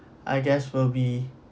I guess will be